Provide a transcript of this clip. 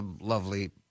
lovely